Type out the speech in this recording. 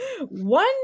one